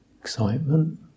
excitement